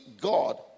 God